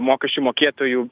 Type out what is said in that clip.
mokesčių mokėtojų